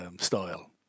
style